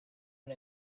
and